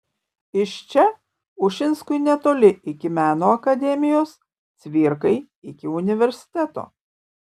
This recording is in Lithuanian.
iš čia ušinskui netoli iki meno akademijos cvirkai iki universiteto